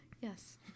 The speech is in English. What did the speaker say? yes